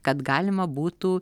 kad galima būtų